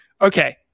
Okay